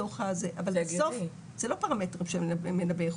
אבל בסוף זה לא פרמטרים לגבי איכות.